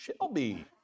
Shelby